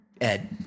Ed